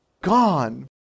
Gone